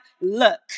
look